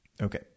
Okay